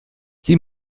sie